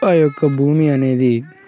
ఆ యొక్క భూమి అనేది